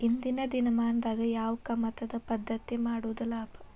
ಇಂದಿನ ದಿನಮಾನದಾಗ ಯಾವ ಕಮತದ ಪದ್ಧತಿ ಮಾಡುದ ಲಾಭ?